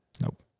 Nope